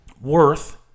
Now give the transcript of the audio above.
worth